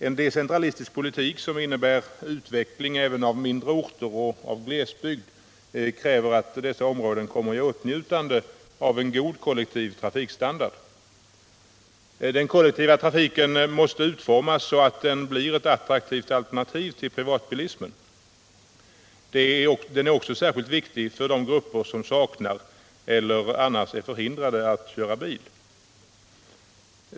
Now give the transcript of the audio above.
En decentralistisk politik som innebär utveckling även av mindre orter och av glesbygd kräver att dessa områden kommer i åtnjutande av en god kollektiv trafikstandard. Den kollektiva trafiken måste utformas så, att den blir ett attraktivt alternativ till privatbilismen. Det är särskilt viktigt för de grupper som saknar bil eller av andra skäl är förhindrade att köra bil.